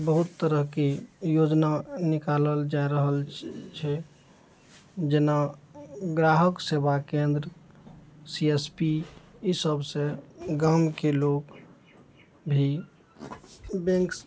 बहुत तरहके योजना निकालल जा रहल छै जेना ग्राहक सेवा केन्द्र सी एस पी ई सबसँ गामके लोक भी बैंक